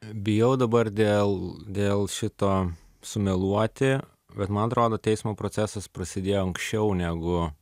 bijau dabar dėl dėl šito sumeluoti bet man atrodo teismo procesas prasidėjo anksčiau negu